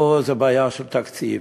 או, זו בעיה של תקציב.